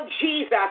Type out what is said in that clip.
Jesus